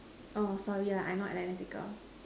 orh sorry lah I not analytical